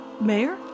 Mayor